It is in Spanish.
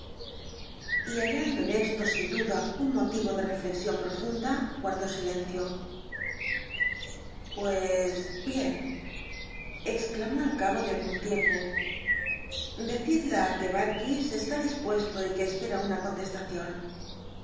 y hallando en esto sin duda un motivo de rellexion ptofunua gua tdó silencio pues bien excla mó al cabo de algun tiempo decid la que barkis está dispuesto y que espera una contestacion